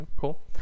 Cool